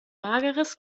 mageres